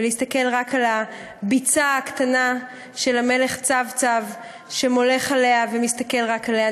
ולהסתכל רק על הביצה הקטנה של המלך צב-צב שמולך עליה ומסתכל רק עליה.